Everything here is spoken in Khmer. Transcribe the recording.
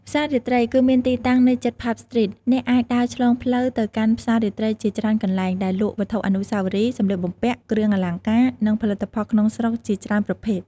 ផ្សាររាត្រី គឺមានទីតាំងនៅជិត ផាប់ ស្ទ្រីត អ្នកអាចដើរឆ្លងផ្លូវទៅកាន់ផ្សាររាត្រីជាច្រើនកន្លែង ដែលលក់វត្ថុអនុស្សាវរីយ៍ សម្លៀកបំពាក់ គ្រឿងអលង្ការ និងផលិតផលក្នុងស្រុកជាច្រើនប្រភេទ។